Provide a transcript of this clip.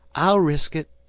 i'll resk it,